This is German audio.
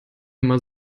immer